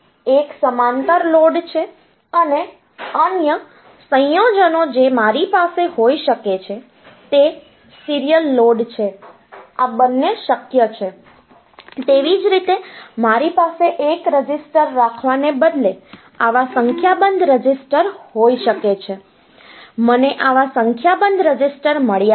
તેથી એક સમાંતર લોડ છે અને અન્ય સંયોજનો જે મારી પાસે હોઈ શકે છે તે સીરીયલ serial ક્રમ સંબંધી શ્રેણી લોડ છે આ બંને શક્ય છે તેવી જ રીતે મારી પાસે એક રજીસ્ટર રાખવાને બદલે આવા સંખ્યાબંધ રજીસ્ટર હોઈ શકે છે મને આવા સંખ્યાબંધ રજીસ્ટર મળ્યા છે